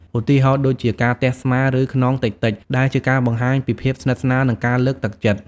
ឧទាហរណ៍ដូចជាការទះស្មាឬខ្នងតិចៗ ដែលជាការបង្ហាញពីភាពស្និទ្ធស្នាលនិងការលើកទឹកចិត្ត។